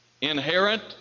inherent